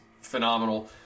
phenomenal